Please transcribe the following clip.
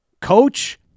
Coach